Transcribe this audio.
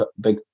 big